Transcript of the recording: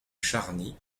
charny